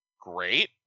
great